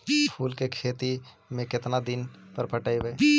फूल के खेती में केतना दिन पर पटइबै?